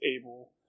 able